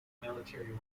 military